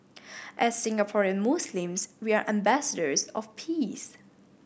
as Singaporean Muslims we are ambassadors of peace